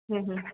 હમ હમ